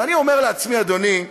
ואני אומר לעצמי: אדוני,